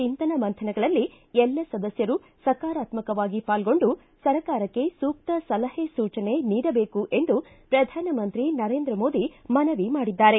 ಚಿಂತನ ಮಂಥನಗಳಲ್ಲಿ ಎಲ್ಲ ಸದಸ್ವರೂ ಸಕಾರಾತ್ಸಕವಾಗಿ ಪಾಲ್ಗೊಂಡು ಸರ್ಕಾರಕ್ಷೆ ಸೂಕ್ತ ಸಲಹೆ ಸೂಚನೆ ನೀಡಬೇಕು ಎಂದು ಪ್ರಧಾನಮಂತ್ರಿ ನರೇಂದ್ರ ಮೋದಿ ಮನವಿ ಮಾಡಿದ್ದಾರೆ